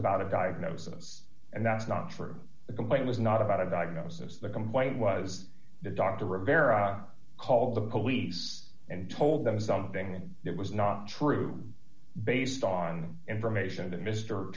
about a diagnosis and that's not for the complaint is not about a diagnosis the complaint was that dr rivera called the police and told them something that was not true based on information t